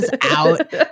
out